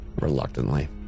Reluctantly